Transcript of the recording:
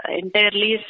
entirely